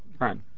right